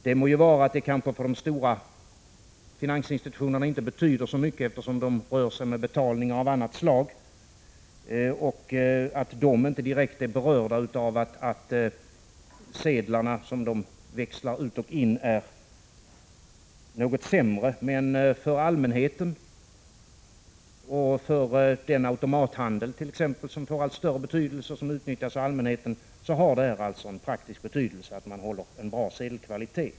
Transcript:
Det må så vara att det för de stora finansinstitutionerna kanske inte betyder så mycket, eftersom de rör sig med betalningar av annat slag och inte direkt är berörda av att de sedlar som de växlar ut och in är något sämre. Men för allmänheten och för t.ex. den automathandel som får allt större betydelse och som utnyttjas av allmänheten har det en praktisk betydelse att man håller en bra sedelkvalitet.